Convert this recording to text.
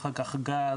אחר כך גז,